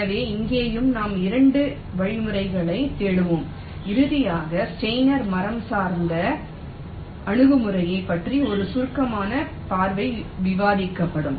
எனவே இங்கேயும் நாம் இரண்டு வழிமுறைகளைத் தேடுவோம் இறுதியாக ஸ்டெய்னர் மரம் சார்ந்த அணுகுமுறைகளைப் பற்றி ஒரு சுருக்கமான பார்வை விவாதிக்கப்படும்